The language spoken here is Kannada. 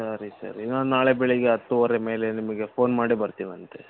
ಸರಿ ಸರಿ ನಾನು ನಾಳೆ ಬೆಳಿಗ್ಗೆ ಹತ್ತುವರೆ ಮೇಲೆ ನಿಮಗೆ ಫೋನ್ ಮಾಡಿ ಬರ್ತೀವಂತೆ